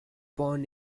born